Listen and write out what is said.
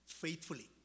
faithfully